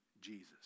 Jesus